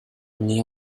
only